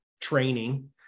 training